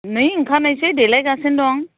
नै ओंखारनोसै देलायगासिनो दं